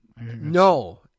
No